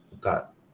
got